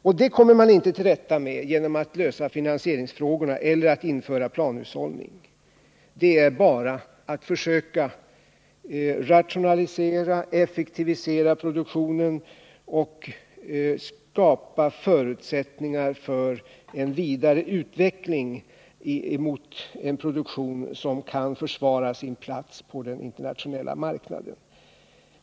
Och det kommer man inte till rätta med genom att lösa finansieringsfrågorna eller ordna planhushållning. Det är bara att försöka rationalisera och effektivisera produktionen och skapa förutsättningar för en vidare utveckling mot en produktion som kan försvara sin plats på den internationella marknaden.